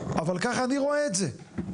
אבל ככה אני רואה את זה.